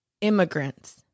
immigrants